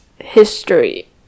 History